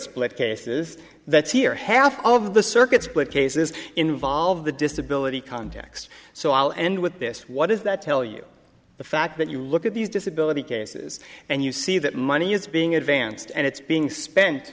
split cases that's here half of the circuit split cases involve the disability context so i'll end with this what does that tell you the fact that you look at these disability cases and you see that money is being advanced and it's being spent